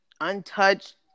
Untouched